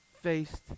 faced